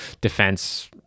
defense